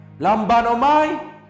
Lambanomai